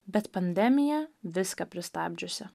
bet pandemija viską pristabdžiusi